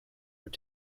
were